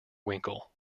winkle